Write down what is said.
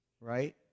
Right